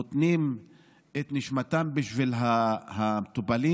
נותנים את נשמתם בשביל המטופלים,